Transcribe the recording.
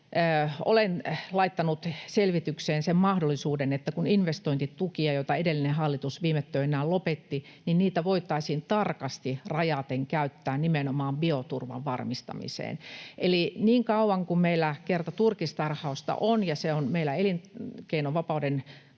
olen laittanut selvitykseen sen mahdollisuuden, että investointitukia, joita edellinen hallitus viime töinään lopetti, voitaisiin tarkasti rajaten käyttää nimenomaan bioturvan varmistamiseen. Eli niin kauan kun meillä kerta turkistarhausta on ja se on meillä elinkeinovapauden